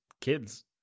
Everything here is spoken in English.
kids